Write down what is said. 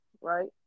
right